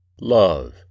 Love